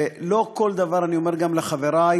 ולא כל דבר, אני אומר גם לחברי,